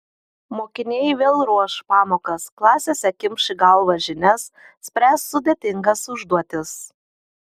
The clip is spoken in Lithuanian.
mokiniai vėl ruoš pamokas klasėse kimš į galvą žinias spręs sudėtingas užduotis